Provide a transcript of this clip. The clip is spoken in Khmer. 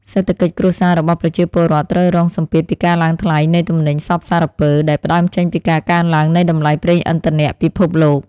សេដ្ឋកិច្ចគ្រួសាររបស់ប្រជាពលរដ្ឋត្រូវរងសម្ពាធពីការឡើងថ្លៃនៃទំនិញសព្វសារពើដែលផ្តើមចេញពីការកើនឡើងនៃតម្លៃប្រេងឥន្ធនៈពិភពលោក។